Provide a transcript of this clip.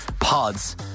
pods